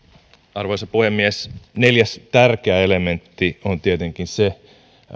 arvoisa puhemies neljäs tärkeä elementti on tietenkin se